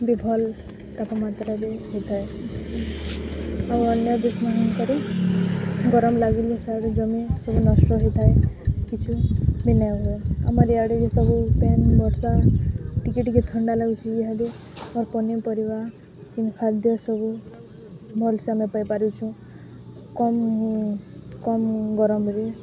ବି ଭଲ ତାଙ୍କ ମାତ୍ରାରେ ବି ହୋଇଥାଏ ଆଉ ଅନ୍ୟ ଦେଶ୍ମାନଙ୍କରେ ଗରମ ଲାଗିଲେ ସାର ଜମି ସବୁ ନଷ୍ଟ ହେଇଥାଏ କିଛି ବି ନାଇଁ ହୁଏ ଆମର ଇଆଡ଼େରେ ସବୁ ପେନ୍ ବର୍ଷା ଟିକେ ଟିକେ ଥଣ୍ଡା ଲାଗୁଚି ପନିପରିବା କି ଖାଦ୍ୟ ସବୁ ଭଲସେ ଆମେ ପାଇପାରୁଛୁ କମ୍ କମ୍ ଗରମରେ